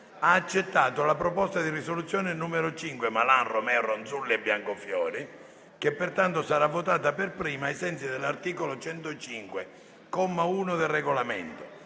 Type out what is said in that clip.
ha accettato la proposta di risoluzione n. 5 dei senatori Malan, Romeo, Ronzulli e Biancofiore, che pertanto sarà votata per prima ai sensi dell'articolo 105, comma 1, del Regolamento,